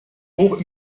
hoch